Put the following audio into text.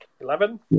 Eleven